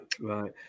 right